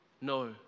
no